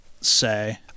say